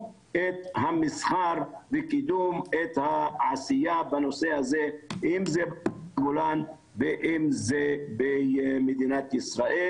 המסחר וקידום העשייה בנושא הזה אם זה ברמת הגולן ואם זה במדינת ישראל,